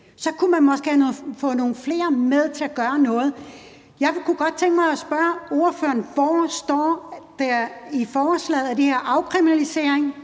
Så kunne man måske have fået nogle flere med på at gøre noget. Jeg kunne godt tænke mig at spørge ordføreren: Hvor står der i forslaget, at det er en afkriminalisering